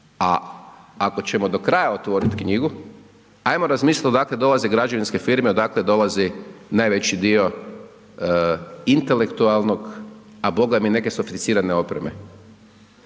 a ako ćemo do kraja otvorit knjigu, ajmo razmislit odakle dolaze građevinske firme, odakle dolazi najveći dio intelektualnog, a Boga mi i neke sofisticirane opreme,